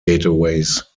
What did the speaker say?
gateways